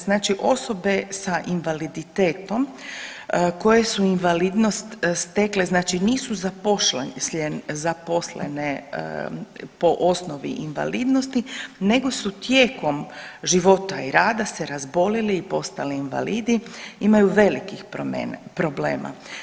Znači osobe sa invaliditetom koje su invalidnost stekle, znači nisu zaposlene po osnovi invalidnosti nego su tijekom života i rada se razbolili i postali invalidi imaju velikih problema.